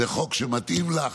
זה חוק שמתאים לך,